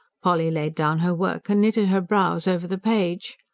polly laid down her work and knitted her brows over the page.